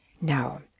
Now